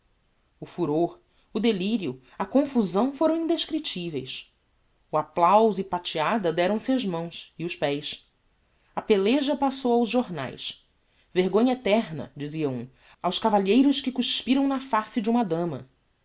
o furor o delirio a confusão foram indescriptiveis o applauso e a pateada deram-se as mãos e os pés a peleja passou aos jornaes vergonha eterna dizia um aos cavalheiros que cuspiram na face de uma dama